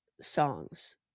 songs